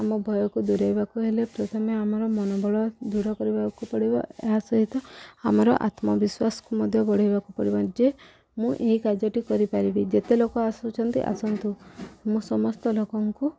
ଆମ ଭୟକୁ ଦୂରେଇବାକୁ ହେଲେ ପ୍ରଥମେ ଆମର ମନୋବଳ ଦୃଢ଼ କରିବାକୁ ପଡ଼ିବ ଏହା ସହିତ ଆମର ଆତ୍ମବିଶ୍ୱାସକୁ ମଧ୍ୟ ବଢ଼େଇବାକୁ ପଡ଼ିବ ଯେ ମୁଁ ଏହି କାର୍ଯ୍ୟଟି କରିପାରିବି ଯେତେ ଲୋକ ଆସୁଛନ୍ତି ଆସନ୍ତୁ ମୁଁ ସମସ୍ତ ଲୋକଙ୍କୁ